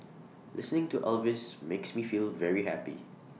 listening to Elvis makes me feel very happy